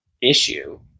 issue